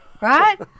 right